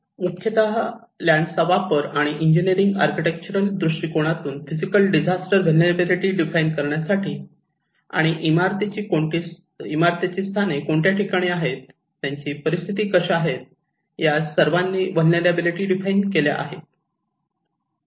हे मुख्यत लँड चा वापर आणि इंजीनियरिंग आर्किटेक्चरल दृष्टीकोनातून फिजिकल डिझास्टर व्हलनेरलॅबीलीटी डिफाइन करण्यासाठी आणि इमारतीची स्थाने कोणत्या ठिकाणी आहेत त्यांच्या परिस्थिती कशा आहेत या सर्वांनी व्हलनेरलॅबीलीटी डिफाइन केल्या आहेत